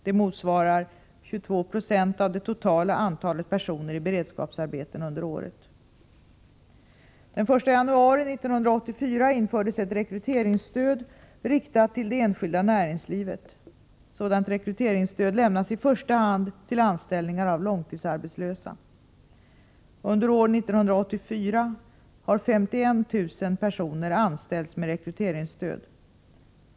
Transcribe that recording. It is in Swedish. Det motsvarar 22 26 av det totala antalet personer i beredskapsarbeten under året. Den 1 januari 1984 infördes ett rekryteringsstöd riktat till det enskilda näringslivet. Sådant rekryteringsstöd lämnas i första hand till anställningar av långtidsarbetslösa. Under år 1984 har 51 000 personer anställts med rekryteringsstöd.